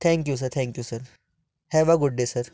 thank you sir thank you sir have a good day sir